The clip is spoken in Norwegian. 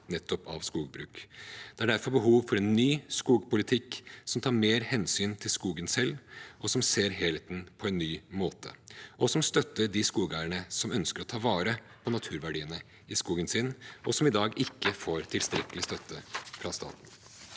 nettopp av skogbruk. Det er derfor behov for en ny skogpolitikk, som tar mer hensyn til skogen selv, som ser helheten på en ny måte, og som støtter de skogeierne som ønsker å ta vare på naturverdiene i skogen sin – og som ikke i dag får tilstrekkelig støtte fra staten.